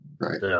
right